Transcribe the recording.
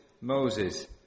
Moses